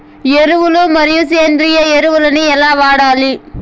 ఎరువులు మరియు సేంద్రియ ఎరువులని ఎలా వాడాలి?